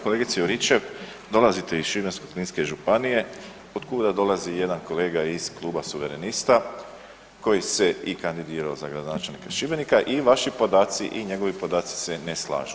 Kolegice Juričev, dolazite iz Šibensko-kninske županije otkuda dolazi jedan kolega iz kluba Suverenista, koji se i kandidirao za gradonačelnika Šibenika i vaši podaci i njegovi podaci se ne slažu.